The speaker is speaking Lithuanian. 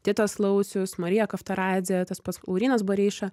titas laucius marija kavtaradzė tas pats laurynas bareiša